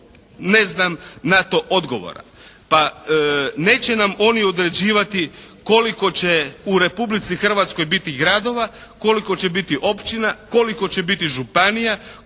ne znam na to odgovora. Pa neće nam oni određivati koliko će u Republici Hrvatskoj biti gradova? Koliko će biti općina? Koliko će biti županija,